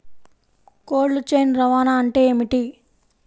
Cold chain రవాణా అంటే ఏమిటీ?